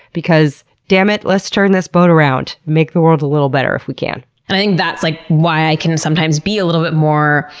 because dammit, let's turn this boat around and make the world a little better if we can. and i think that's like why i can sometimes be a little more,